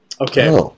Okay